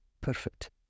Perfect